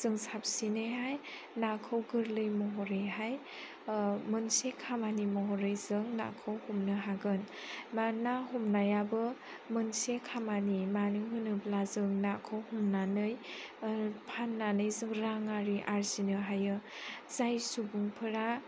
जों साबसिनैहाय नाखौ गोरलै महरै मोनसे खामानि महरै जों नाखौ हमनो हागोन मानोना ना हमनायाबो मोनसे खामानि मानो होनोब्ला जों नाखौ हमनानै फाननानै जों रां आरि आर्जिनो हायो जाय सुबुंफोरा